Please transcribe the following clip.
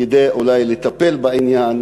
כדי אולי לטפל בעניין,